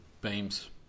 Beams